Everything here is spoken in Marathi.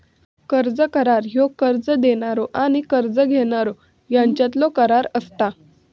कर्ज करार ह्यो कर्ज देणारो आणि कर्ज घेणारो ह्यांच्यातलो करार असता